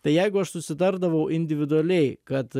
tai jeigu aš susitardavau individualiai kad